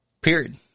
Period